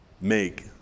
make